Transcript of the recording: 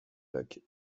lac